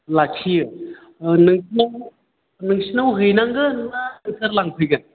लाखियो नोंसिना नोंसोरनाव हैनांगोन ना नोंसोर लांफैगोन